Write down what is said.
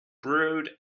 brewed